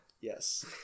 Yes